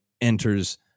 enters